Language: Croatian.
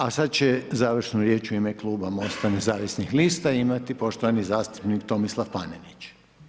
A sada će završnu riječ u ime kluba Mosta Nezavisnih lista imati poštovani zastupnik Tomislav Panenić.